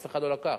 אף אחד לא לקח.